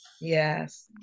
Yes